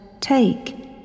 Take